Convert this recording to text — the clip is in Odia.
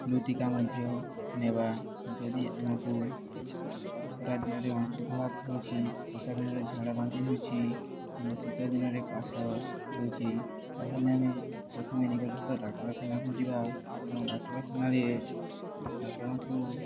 ଫ୍ଲୁ ଟୀକା ମଧ୍ୟ ନେବା ଯଦି ଆମକୁ ଖରାଦିନରେ ଅଂଶୁଘାତ ହେଉଛି ବଷାଦିନରେ ଝାଡ଼ା ବାନ୍ତି ହେଉଛି କିମ୍ବା ଶୀତ ଦିନରେ ପାସ ହେଉଛି ତା'ହେଲେ ଆମେ ପ୍ରଥମେ ନିକଟ ଡାକ୍ତରଖାନାକୁ ଯିବା ଏବଂ ଡାକ୍ତରଖାନାରେ ଡାକ୍ତରଙ୍କୁ